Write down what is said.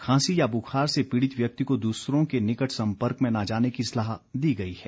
खांसी या बुखार से पीड़ित व्यक्ति को दूसरों के निकट सम्पर्क में न जाने की सलाह दी गई है